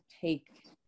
take